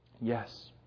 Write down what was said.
Yes